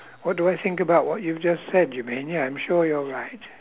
what do I think about what you just said you mean ya I'm sure you're right